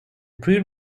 pre